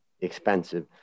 expensive